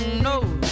no